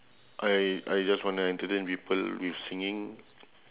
I I just wanna entertain people with singing